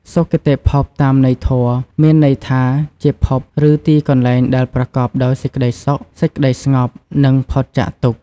សុគតិភព តាមន័យធម៌ មានន័យថាជាភព ឬទីកន្លែងដែលប្រកបដោយសេចក្តីសុខ សេចក្តីស្ងប់ និងផុតចាកទុក្ខ។